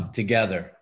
together